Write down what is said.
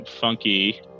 Funky